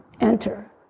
enter